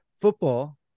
football